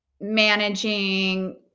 managing